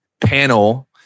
panel